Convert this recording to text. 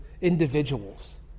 individuals